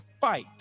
fight